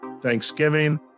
Thanksgiving